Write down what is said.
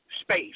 Space